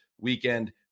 weekend